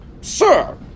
Sir